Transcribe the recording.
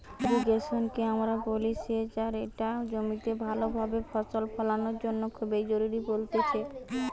irrigation কে আমরা বলি সেচ আর ইটা জমিতে ভালো ভাবে ফসল ফোলানোর জন্য খুবই জরুরি বলতেছে